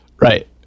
Right